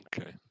okay